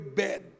bed